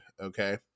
okay